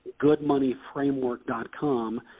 goodmoneyframework.com